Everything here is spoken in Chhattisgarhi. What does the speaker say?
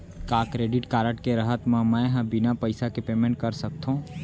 का क्रेडिट कारड के रहत म, मैं ह बिना पइसा के पेमेंट कर सकत हो?